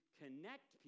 connect